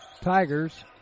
Tigers